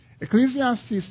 Ecclesiastes